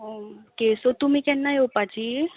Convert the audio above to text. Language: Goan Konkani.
ओके सो तुमी केन्ना येवपाचीं